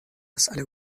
مسئله